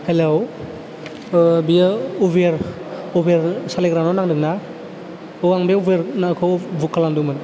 हेल' बियो उबेर सालायग्रानाव नांदों ना औ आं बे उबेरखौ बुक खालामदोंमोन